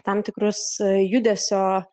tam tikrus judesio